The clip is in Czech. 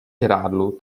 žrádlu